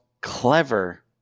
clever